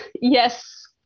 yes